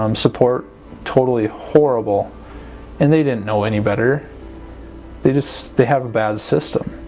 um support totally horrible and they didn't know any better they just they have a bad system.